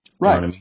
Right